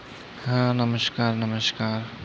हा नमस्कार नमस्कार